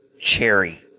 cherry